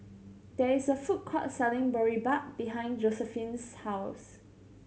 there is a food court selling Boribap behind Josiephine's house